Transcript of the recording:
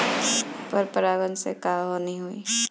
पर परागण से क्या हानि होईला?